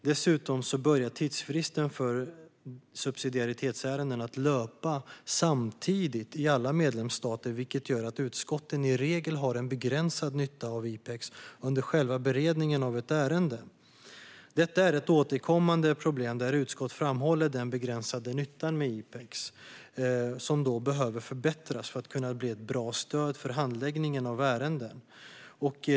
Dessutom börjar tidsfristen för subsidiaritetsärenden löpa samtidigt i alla medlemsstater, vilket gör att utskotten i regel har begränsad nytta av IPEX under själva beredningen av ett ärende. Detta är ett återkommande problem: Utskott framhåller den begränsade nyttan med IPEX, som behöver förbättras för att kunna bli ett bra stöd för handläggningen av ärenden.